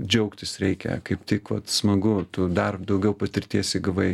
džiaugtis reikia kaip tik vat smagu tu dar daugiau patirties įgavai